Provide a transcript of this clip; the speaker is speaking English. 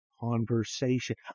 conversation